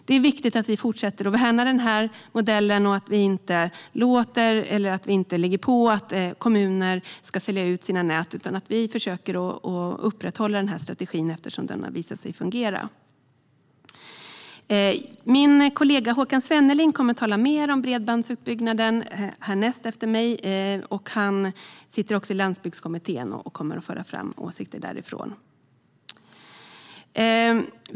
Det är viktigt att vi fortsätter att värna denna modell och att vi inte låter kommuner sälja ut sina nät eller ligger på för att de ska göra det. Vi ska försöka upprätthålla denna strategi eftersom den har visat sig fungera. Min kollega Håkan Svenneling kommer att tala mer om bredbandsutbyggnaden. Han sitter också i Landsbygdskommittén och kommer att föra fram åsikter därifrån.